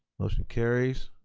motion carries.